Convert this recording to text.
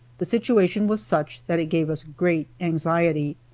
the situation was such that it gave us great anxiety.